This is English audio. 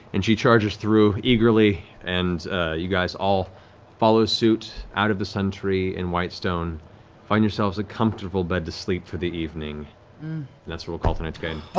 and she charges through eagerly, and you guys all follow suit out of the sun tree in whitestone and find yourselves a comfortable bed to sleep for the evening. and that's where we'll call tonight's game.